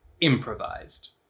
improvised